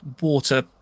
water